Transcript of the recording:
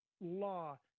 law